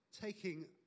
Taking